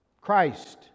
christ